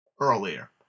earlier